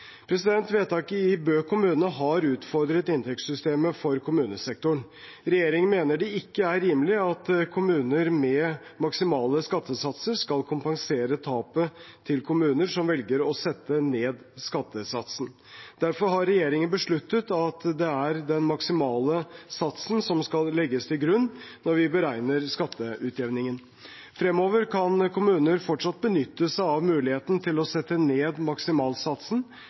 Vedtaket i Bø kommune har utfordret inntektssystemet for kommunesektoren. Regjeringen mener det ikke er rimelig at kommuner med maksimale skattesatser skal kompensere tapet til kommuner som velger å sette ned skattesatsen. Derfor har regjeringen besluttet at det er den maksimale satsen som skal legges til grunn når vi beregner skatteutjevningen. Fremover kan kommuner fortsatt benytte seg av muligheten til å sette ned maksimalsatsen,